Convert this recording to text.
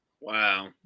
Wow